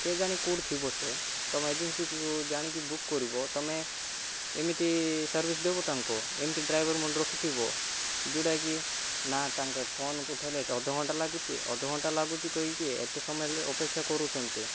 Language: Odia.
କେଜାଣି କେଉଁଠି ଥିବ ସିଏ ତୁମ ଏଜେନ୍ସିକୁ ଜାଣିକି ବୁକ୍ କରିବ ତୁମେ ଏମିତି ସର୍ଭିସ୍ ଦେବ ତାଙ୍କୁ ଏମିତି ଡ୍ରାଇଭର୍ ମାନେ ରଖିଥିବ ଯେଉଁଟାକି ନା ତାଙ୍କେ ଫୋନ୍କୁ ଉଠେଇଲେ ଅଧଘଣ୍ଟା ଲାଗୁଛି ଅଧଘଣ୍ଟା ଲାଗୁଛି କହିକି ଏତେ ସମୟ ଅପେକ୍ଷା କରାଉଛନ୍ତି